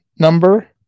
number